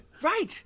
right